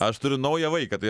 aš turiu naują vaiką tai